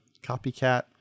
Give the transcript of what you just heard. copycat